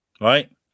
Right